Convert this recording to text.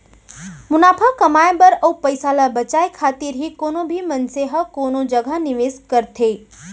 मुनाफा कमाए बर अउ पइसा ल बचाए खातिर ही कोनो भी मनसे ह कोनो जगा निवेस करथे